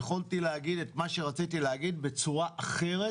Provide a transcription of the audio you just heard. יכולתי להגיד את מה שרציתי להגיד בצורה אחרת,